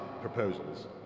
proposals